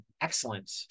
excellent